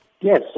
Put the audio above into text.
Yes